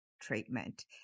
treatment